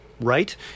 right